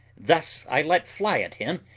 thus i let fly at him,